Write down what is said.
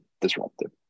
disruptive